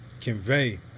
convey